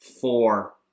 Four